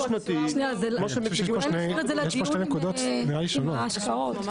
אולי נשאיר את זה לדיון עם ההשקעות?